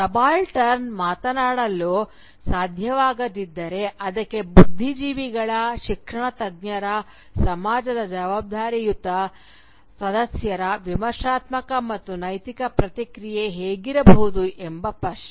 subaltern ಮಾತನಾಡಲು ಸಾಧ್ಯವಾಗದಿದ್ದರೆ ಅದಕ್ಕೆ ಬುದ್ಧಿಜೀವಿಗಳ ಶಿಕ್ಷಣ ತಜ್ಞರ ಸಮಾಜದ ಜವಾಬ್ದಾರಿಯುತ ಸದಸ್ಯರ ವಿಮರ್ಶಾತ್ಮಕ ಮತ್ತು ನೈತಿಕ ಪ್ರತಿಕ್ರಿಯೆ ಹೇಗಿರಬೇಕು ಎಂಬುದು ಪ್ರಶ್ನೆ